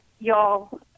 y'all